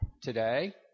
today